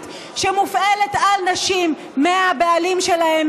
שמופעלת על נשים על ידי הבעלים שלהן,